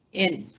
in